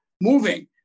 moving